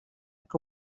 que